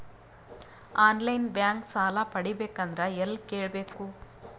On line bank ಸಾಲ ಪಡಿಬೇಕಂದರ ಎಲ್ಲ ಕೇಳಬೇಕು?